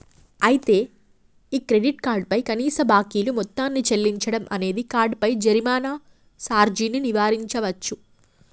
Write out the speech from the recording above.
అయితే ఈ credit card పై కనీస బాకీలు మొత్తాన్ని చెల్లించడం అనేది కార్డుపై జరిమానా సార్జీని నివారించవచ్చు